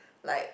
like